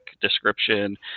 description